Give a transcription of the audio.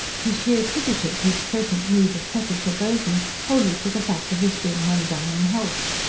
for she attributed his present mood of pettish aversion wholly to the fact of his being run down in health.